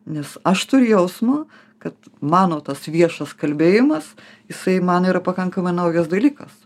nes aš turiu jausmą kad mano tas viešas kalbėjimas jisai man yra pakankamai naujas dalykas